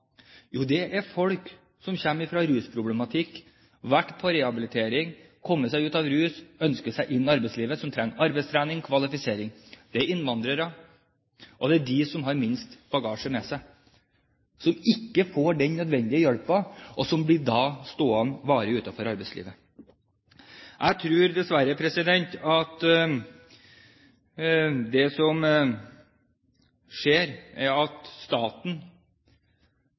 Jo, det er folk som kommer fra rusproblematikk, som har vært på rehabilitering, kommet seg ut av rus, som ønsker seg inn i arbeidslivet og trenger arbeidstrening, kvalifisering, det er innvandrere, og det er de som har minst bagasje med seg, som ikke får den nødvendige hjelpen, og som dermed blir stående varig utenfor arbeidslivet. Jeg tror dessverre at det som skjer er at staten